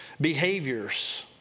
behaviors